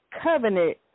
covenant